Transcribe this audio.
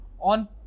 on